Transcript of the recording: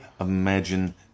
imagine